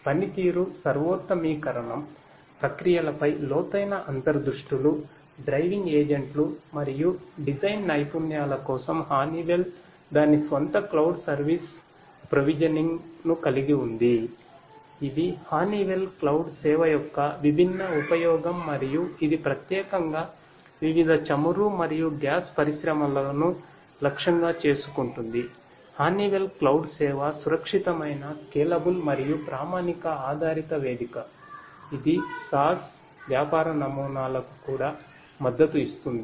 పనితీరు సర్వోత్తమీకరణం ప్రక్రియలపై లోతైన అంతర్దృష్టులు డ్రైవింగ్ ఏజెంట్లు మరియు డిజైన్ నైపుణ్యాల కోసం హనీవెల్ వ్యాపార నమూనాలకు కూడా మద్దతు ఇస్తుంది